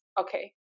okay